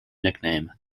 nickname